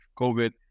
COVID